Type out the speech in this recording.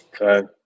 Okay